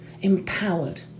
empowered